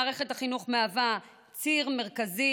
מערכת החינוך מהווה ציר מרכזי